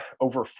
over